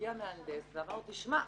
הגיע מהנדס ואמר לו המהנדס: תשמע,